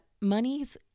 money's